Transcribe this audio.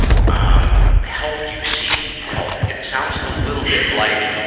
um help you seek help. it sounds a little bit like,